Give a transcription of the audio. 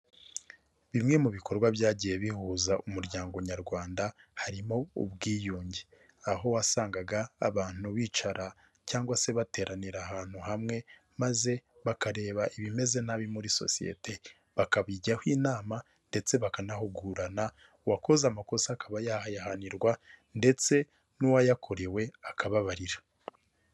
Bimwe mu bikorwa byagiye bihuza umuryango nyarwanda harimo ubwiyunge, aho wasangaga abantu bicara cyangwa se bateranira ahantu hamwe maze bakareba ibimeze nabi muri sosiyete bakabijyaho inama ndetse bakanahugurana, uwakoze amakosa akaba yayahanirwa ndetse n'uwayakorewe akababarira.